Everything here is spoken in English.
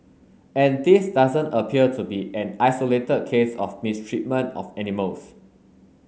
and this doesn't appear to be an isolated case of mistreatment of animals